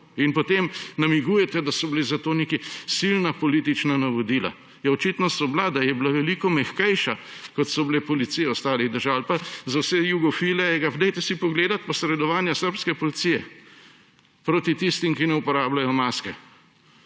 in potem namigujete, da so bila za to neka silna politična navodila. Ja, očitno so bila, da je bila veliko mehkejša, kot so bile policije ostalih držav. Ali pa za vse jugofile, poglejte si posredovanje srbske policije proti tistim, ki ne uporabljajo maske.